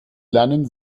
lernen